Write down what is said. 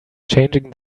changing